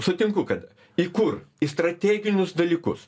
sutinku kad į kur į strateginius dalykus